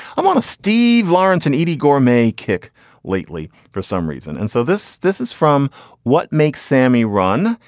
i want to steve lawrence and eydie gorme may kick lately. for some reason. and so this this is from what makes sammy run.